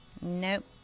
Nope